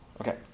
Okay